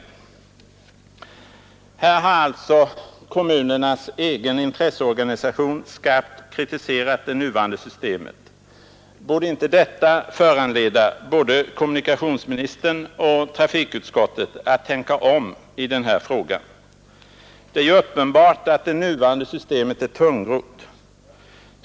Här har alltså kommunernas egen intresseorganisation skarpt kritiserat det nuvarande systemet. Borde inte detta föranleda både kommunikationsministern och trafikutskottet att tänka om i den här frågan? Det är ju uppenbart att det nuvarande systemet är tungrott.